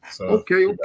Okay